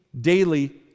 daily